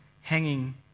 hanging